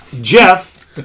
Jeff